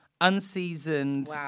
unseasoned